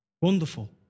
Wonderful